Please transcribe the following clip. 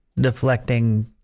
deflecting